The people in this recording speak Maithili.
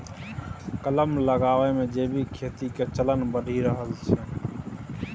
कलम लगाबै मे जैविक खेती के चलन बढ़ि रहल छै